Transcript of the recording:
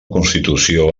constitució